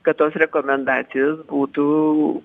kad tos rekomendacijos būtų